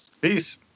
Peace